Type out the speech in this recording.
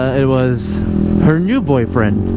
it was her new boyfriend